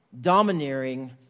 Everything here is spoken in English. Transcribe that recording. domineering